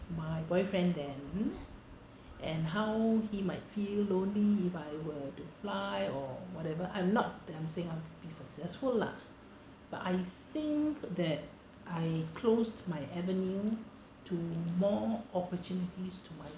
my boyfriend then and how he might feel lonely if I were to fly or whatever I'm not that I'm saying I'd be successful lah but I think that I closed my avenue to more opportunities to